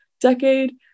decade